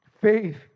Faith